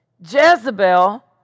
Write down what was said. Jezebel